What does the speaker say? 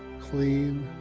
clean,